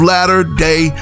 Latter-day